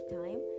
time